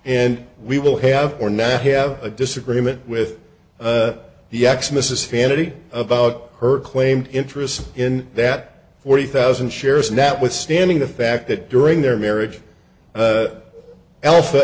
and we will have or not have a disagreement with the ex mrs fantasy about her claimed interest in that forty thousand shares not withstanding the fact that during their marriage alpha